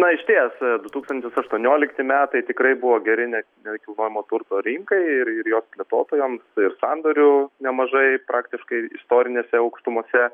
na išties du tūkstantis aštuoniolikti metai tikrai buvo geri ne nekilnojamo turto rinkai ir ir jos plėtotojams ir sandorių nemažai praktiškai istorinėse aukštumose